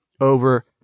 over